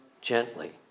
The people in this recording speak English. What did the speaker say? gently